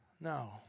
No